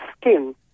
skin